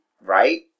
right